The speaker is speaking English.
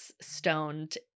stoned